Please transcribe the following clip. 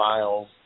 Miles